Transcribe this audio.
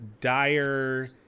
dire